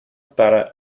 para